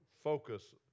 focus